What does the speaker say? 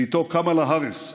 ואיתו קמלה האריס,